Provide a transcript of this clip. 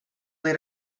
või